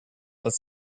das